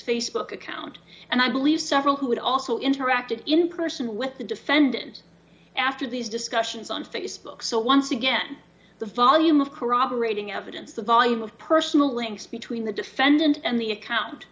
facebook account and i believe several who had also interacted in person with the defendant after these discussions on facebook so once again the volume of corroborating evidence the volume of personal links between the defendant and the account